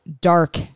dark